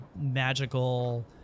magical